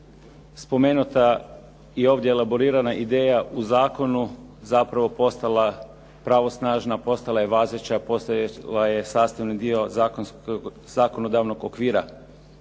spomenuta i ovdje elaborirana ideja u zakonu zapravo postala pravosnažna, postala je važeća, postala je sastavni dio zakonodavnog okvira